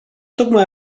tocmai